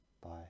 bye